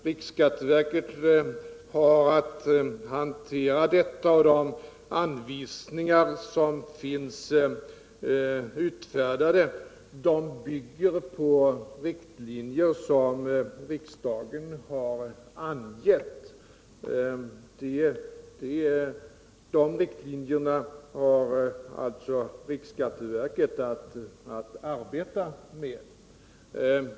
Riksskatteverket har att hantera detta, och de anvisningar som finns utfärdade bygger på riktlinjer som riksdagen har angett. Dessa riktlinjer har alltså riksskatteverket att arbeta med.